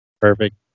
perfect